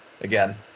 again